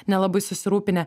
nelabai susirūpinę